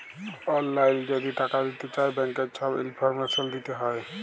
অললাইল যদি টাকা দিতে চায় ব্যাংকের ছব ইলফরমেশল দিতে হ্যয়